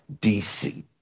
DC